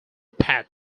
pat